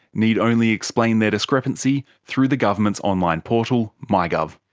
need only explain their discrepancy through the government's online portal, mygov.